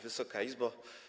Wysoka Izbo!